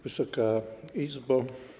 Wysoka Izbo!